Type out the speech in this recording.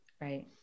Right